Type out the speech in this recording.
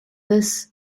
this